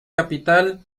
capital